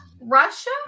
Russia